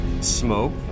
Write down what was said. Smoke